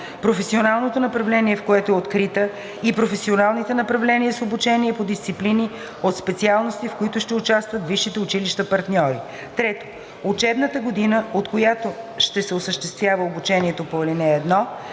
професионалното направление, в което е открита, и професионалните направления с обучение по дисциплини от специалности, в които ще участват висшите училища – партньори; 3. учебната година, от която ще се осъществява обучението по ал. 1;